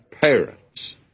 parents